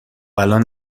الان